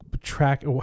track